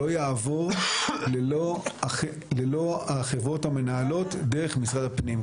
לא יעבור ללא החברות המנהלות דרך משרד הפנים,